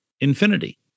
infinity